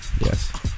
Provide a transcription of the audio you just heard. Yes